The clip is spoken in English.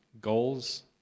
goals